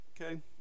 Okay